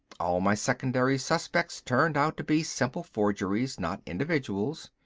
all my secondary suspects turned out to be simple forgeries, not individuals.